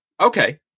Okay